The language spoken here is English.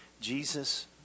Jesus